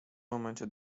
momencie